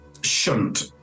shunt